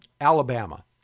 Alabama